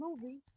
movie